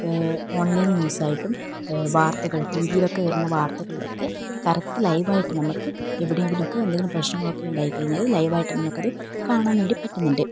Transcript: online ന്യൂസായിട്ടും വാർത്തകൾ ടിവിയിലൊക്കെ വരുന്ന വാർത്തകളിലൊക്കെ കറക്റ്റ് ലൈവായിട്ട് നമുക്ക് എവിടെയെങ്കിലുമൊക്കെ എന്തെങ്കിലും പ്രശ്നങ്ങളൊക്കെ ഉണ്ടായിക്കഴിഞ്ഞാൽ ലൈവ് ആയിട്ട് നമുക്കത് കാണാൻ വേണ്ടി പറ്റുന്നുണ്ട്